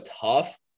tough